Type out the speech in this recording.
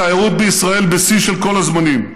התיירות לישראל בשיא של כל הזמנים.